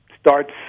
starts